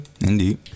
Indeed